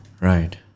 Right